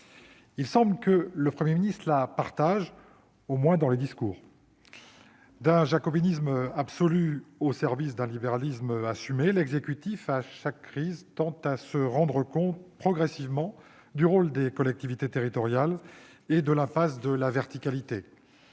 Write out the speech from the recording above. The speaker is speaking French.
Il semble que le Premier ministre la partage également, au moins dans les discours. Faisant preuve d'un jacobinisme absolu au service d'un libéralisme assumé, l'exécutif, à chaque crise, tend à se rendre progressivement compte du rôle des collectivités locales et de l'impasse de la verticalité